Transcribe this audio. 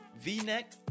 V-neck